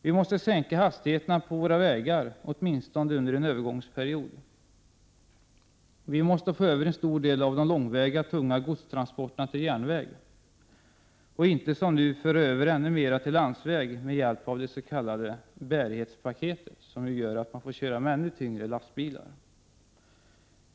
Vi måste sänka hastigheterna på våra vägar, åtminstone under en övergångsperiod. Vi måste få över en stor del av de långväga tunga godstransporterna till järnväg och inte som nu föra över ännu fler transporter på landsväg med hjälp av det s.k. bärighetspaketet, vilket innebär att man får köra med ännu tyngre lastbilar.